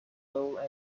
parallel